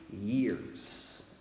years